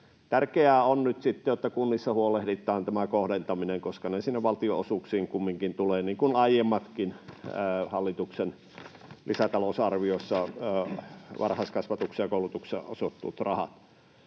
Tärkeää on nyt sitten se, että kunnissa huolehditaan tämä kohdentaminen, koska ne sinne valtionosuuksiin kumminkin tulevat, niin kuin aiemmatkin hallituksen lisätalousarvioissa varhaiskasvatukseen ja koulutukseen osoitetut rahat.